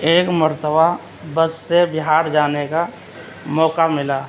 ایک مرتبہ بس سے بہار جانے کا موقع ملا